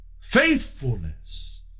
faithfulness